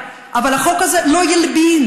אבל החוק הזה לא ילבין,